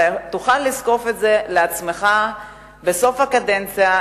תוכל לזקוף את זה לעצמך בסוף הקדנציה,